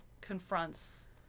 confronts